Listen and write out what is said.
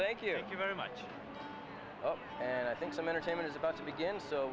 thank you very much and i think some entertainment is about to begin so